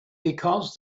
because